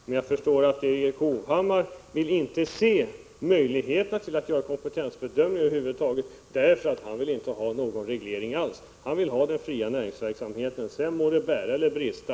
Men jag förstår att Erik Hovhammar inte vill se möjligheten att göra någon kompetensbedömning över huvud taget, eftersom han inte vill ha någon reglering alls. Han vill ha den fria näringsverksamheten — det må bära eller brista.